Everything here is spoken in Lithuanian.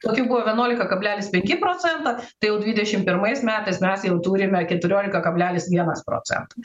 tokių buvo vienuolika kablelis penki procento tai jau dvidešim pirmais metais mes jau turime keturiolika kablelis vienas procento